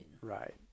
right